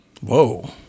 Whoa